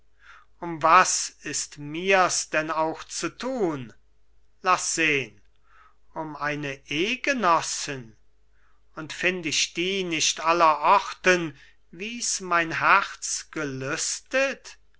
um was ist mir's denn auch zu thun laß sehn um eine ehgenossin und find ich die nicht aller orten wie's mein herz gelüstet